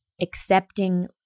accepting